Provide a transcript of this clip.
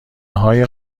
های